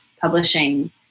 publishing